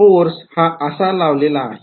force हा असा लावलेला आहे